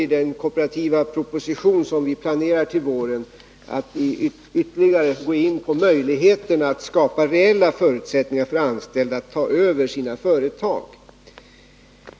I den proposition om kooperativa företag som planeras till våren kommer regeringen att ytterligare gå in på möjligheterna att skapa reella förutsättningar för anställda att ta över sina företag.